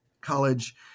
College